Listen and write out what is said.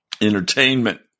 entertainment